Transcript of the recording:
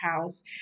house